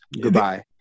goodbye